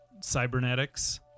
cybernetics